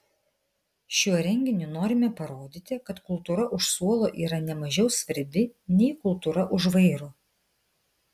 šiuo renginiu norime parodyti kad kultūra už suolo yra ne mažiau svarbi nei kultūra už vairo